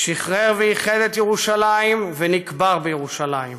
שחרר ואיחד את ירושלים ונקבר בירושלים.